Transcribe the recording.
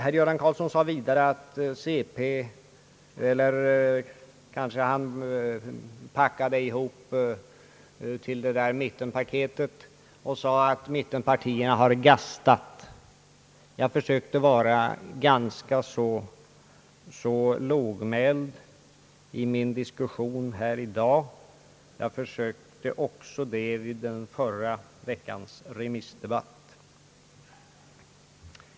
Herr Göran Karlsson sade vidare att folkpartiet — eller han kanske packade ihop folkpartiet och centern och talade om »mittenpaketet« — gastade. Jag försökte vara ganska lågmäld i diskussionen här i dag. Det försökte jag också vara vid förra veckans remissdebatt.